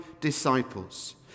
disciples